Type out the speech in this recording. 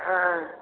हँ